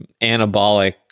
anabolic